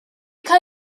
cael